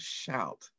shout